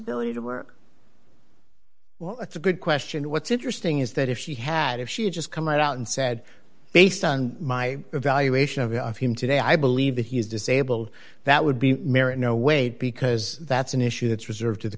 ability to work well it's a good question what's interesting is that if she had if she had just come right out and said based on my evaluation of of him today i believe that he's disabled that would be merit no wait because that's an issue that's reserved to the